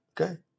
okay